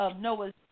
Noah's